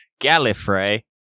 Gallifrey